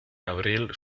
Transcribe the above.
abril